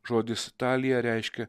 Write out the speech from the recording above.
žodis talija reiškia